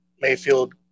Mayfield